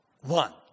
one